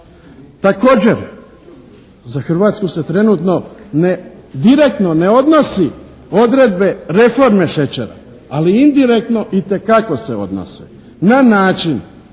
Također, za Hrvatsku se trenutno ne direktno, ne odnosi odredbe reforme šećera ali indirektno itekako se odnose na način